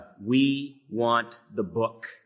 we-want-the-book